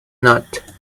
not